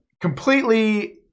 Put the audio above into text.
completely